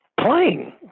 playing